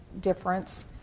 difference